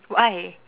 why